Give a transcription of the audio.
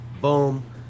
boom